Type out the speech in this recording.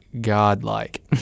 godlike